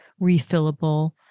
refillable